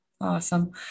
Awesome